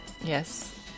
Yes